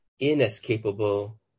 Inescapable